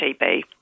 TB